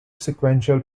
sequential